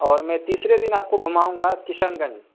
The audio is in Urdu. اور میں تیسرے دن آپ کو گھماؤں گا کشن گنج